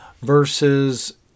versus